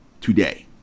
today